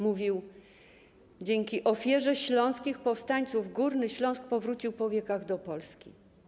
Mówił on: dzięki ofierze śląskich powstańców Górny Śląsk powrócił po wiekach do Polski.